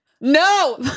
No